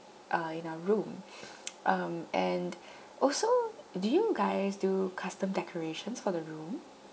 uh in our room um and also do you guys do custom decorations for the room